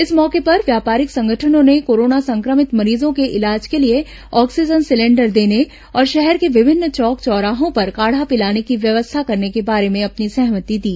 इस मौके पर व्यापारिक संगठनों ने कोरोना संक्रमित मरीजों के इलाज के लिए ऑक्सीजन सिलेंडर देने और शहर के विभिन्न चौक चौराहों पर काढ़ा पिलाने की व्यवस्था करने के बारे में अपनी सहमति दी